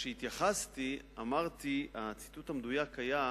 כשהתייחסתי, הציטוט המדויק היה: